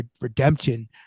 redemption